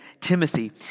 Timothy